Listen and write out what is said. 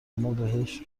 امابهش